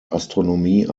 astronomie